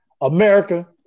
America